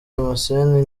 damascene